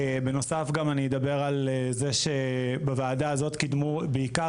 בנוסף אדבר על זה שבוועדה הזו קדמו בעיקר